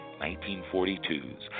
1942's